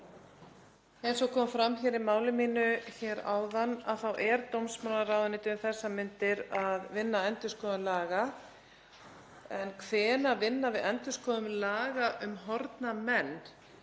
Eins og kom fram í máli mínu hér áðan þá er dómsmálaráðuneytið um þessar mundir að vinna að endurskoðun laga. En hvenær vinna við endurskoðun laga um horfna menn